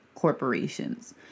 corporations